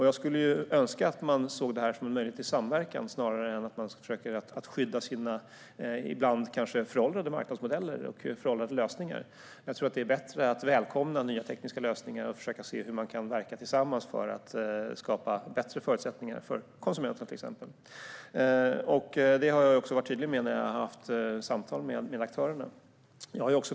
Jag skulle önska att man såg detta som en möjlighet till samverkan snarare än att man försöker att skydda sina ibland kanske föråldrade marknadsmodeller och föråldrade lösningar. Jag tror att det är bättre att välkomna nya tekniska lösningar och försöka se hur man kan verka tillsammans för att skapa bättre förutsättningar för till exempel konsumenterna. Det har jag också varit tydlig med när jag har haft samtal med aktörerna.